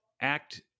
act